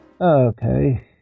Okay